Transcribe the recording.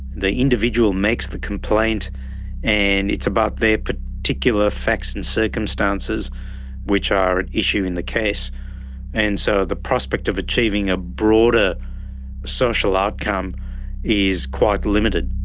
the individual makes the complaint and it's about their particular facts and circumstances which are at issue in the case and so the prospect of achieving a broader social outcome is quite limited.